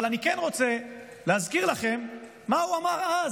אבל אני כן רוצה להזכיר לכם מה הוא אמר אז.